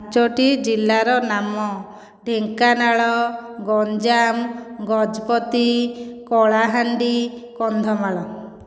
ପାଞ୍ଚୋଟି ଜିଲ୍ଲାର ନାମ ଢେଙ୍କାନାଳ ଗଞ୍ଜାମ ଗଜପତି କଳାହାଣ୍ଡି କନ୍ଧମାଳ